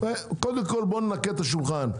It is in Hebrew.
קודם כל בואו ננקה את השולחן,